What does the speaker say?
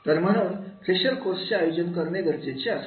तर म्हणून फ्रेशर कोर्सचे आयोजन करणे गरजेचे असते